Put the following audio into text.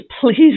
please